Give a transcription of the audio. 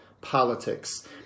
politics